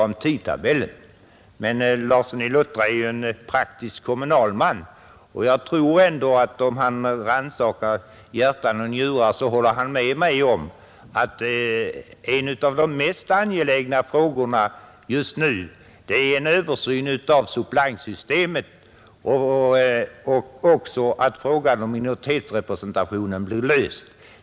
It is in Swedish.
Men herr Larsson i Luttra är ju en praktisk kommunalman, Om han rannsakar hjärta och njurar håller han nog med mig om att en av de mest angelägna frågorna just nu är en översyn av suppleantsystemet liksom att frågan om minoritetsrepresentationen blir löst.